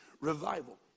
revival